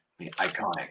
Iconic